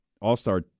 all-star